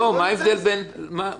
לא לדרוש חקירה במקרה הזה,